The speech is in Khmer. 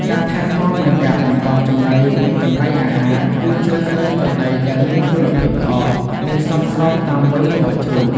ការថែទាំនិងការបំប៉នចំណី ចំណីអាហារ គួរជ្រើសរើសចំណីដែលមានគុណភាពល្អ និងសមស្របតាមវ័យរបស់ជ្រូក។